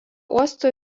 uosto